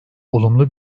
olumlu